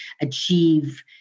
achieve